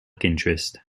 interest